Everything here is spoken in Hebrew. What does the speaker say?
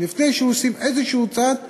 לפני שעושים צעד כלשהו,